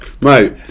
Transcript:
Mate